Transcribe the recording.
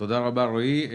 תודה רבה, רועי.